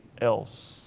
else